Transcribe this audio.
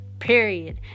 period